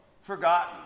forgotten